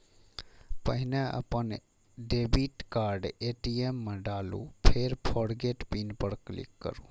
पहिने अपन debit card ATM मे डालू, फेर फोरगेट पिन पर क्लिक करू